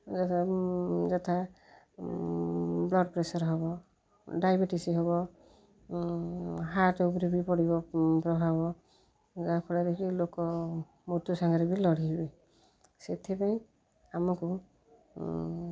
ଯଥା ଯଥା blood pressure ହେବ ଡାଇବେଟିସ୍ ହେବ ହାର୍ଟ ଉପରେ ବି ପଡ଼ିବ ପ୍ରଭାବ ଯାହା ଫଳରେ କି ଲୋକ ମୃତ୍ୟୁ ସାଙ୍ଗରେ ବି ଲଢିବେ ସେଥିପାଇଁ ଆମକୁ